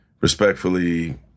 respectfully